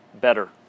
better